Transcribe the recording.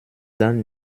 dann